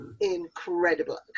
incredible